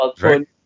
Right